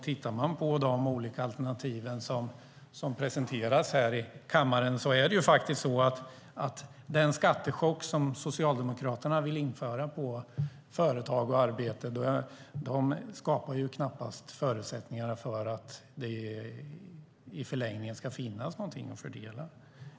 Tittar man på de olika alternativ som presenteras i kammaren är det faktiskt så att den skattechock Socialdemokraterna vill införa för företag och arbete knappast skapar förutsättningar för att det i förlängningen ska finnas någonting att fördela.